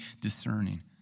discerning